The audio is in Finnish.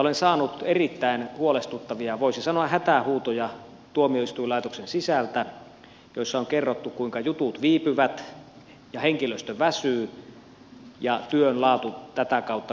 olen saanut erittäin huolestuttavia voisi sanoa hätähuutoja tuomioistuinlaitoksen sisältä joissa on kerrottu kuinka jutut viipyvät ja henkilöstö väsyy ja työn laatu tätä kautta kärsii